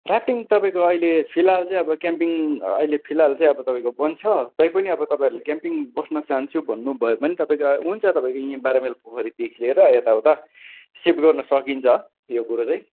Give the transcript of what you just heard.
camping तपाईँको अहिले फिलहाल चाहिँ अब क्याम्पिङ अहिले फिलहाल चाहिँ अब तपाईँको बन्द छ तैपनि अब तपाईँहरूले क्याम्पिङ बस्न चाहन्छु भन्नु भयो भने तपाईँको हुन्छ यहाँ बाह्र माइल पोखरीदेखि लिएर यताउता सिफ्ट गर्न सकिन्छ यो कुरो चाहिँ